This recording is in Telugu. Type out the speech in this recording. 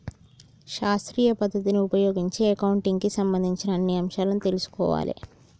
శాస్త్రీయ పద్ధతిని ఉపయోగించి అకౌంటింగ్ కి సంబంధించిన అన్ని అంశాలను తెల్సుకోవాలే